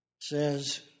says